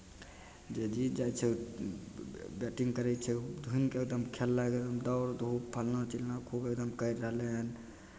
जे जीत जाइ छै ओ बैटिंग करै छै ढङ्गके एकदम खेललक दौड़ धूप फल्लाँ चिल्लाँ खूब एकदम करि रहलै हन